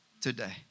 today